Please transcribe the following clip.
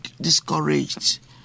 discouraged